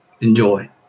Enjoy